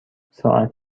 ساعت